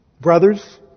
Brothers